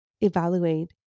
evaluate